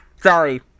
sorry